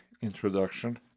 Introduction